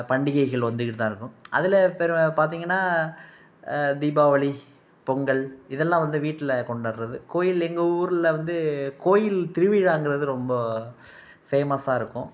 பண்டிகைகள் வந்துக்கிட்டு தான் இருக்கும் அதில் பெறுவ பார்த்தீங்கன்னா தீபாவளி பொங்கல் இதெல்லாம் வந்து வீட்டில கொண்டாடுறது கோயில் எங்கள் ஊரில் வந்து கோயில் திருவிழாங்கிறது ரொம்ப ஃபேமஸாக இருக்கும்